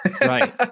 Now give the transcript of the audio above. Right